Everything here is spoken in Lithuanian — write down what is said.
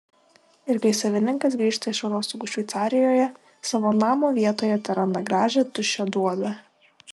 ir kai savininkas grįžta iš atostogų šveicarijoje savo namo vietoje teranda gražią tuščią duobę